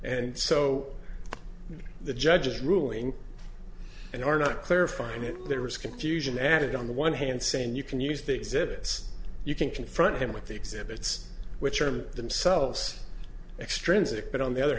and so the judge's ruling and are not clarifying it there was confusion added on the one hand saying you can use the exhibits you can confront him with the exhibits which arm themselves extrinsic but on the other